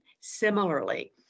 similarly